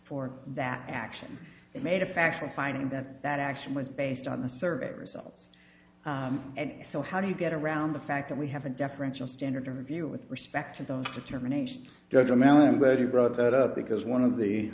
for that action it made a factual finding that that action was based on the survey results and so how do you get around the fact that we have a deferential standard of review with respect to those determinations go to man i'm glad you brought that up because one of the